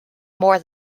more